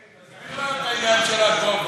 תסביר לנו את ההיגיון של הגובה,